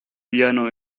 piano